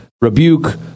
rebuke